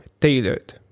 tailored